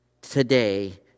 today